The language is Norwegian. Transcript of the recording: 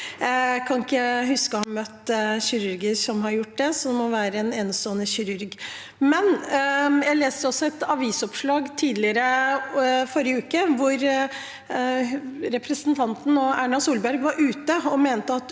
Jeg kan ikke huske å ha møtt kirurger som har blitt det, så det må være én sånn kirurg. Jeg leste også et avisoppslag i forrige uke hvor representanten og Erna Solberg var ute og mente at